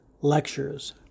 Lectures